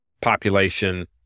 population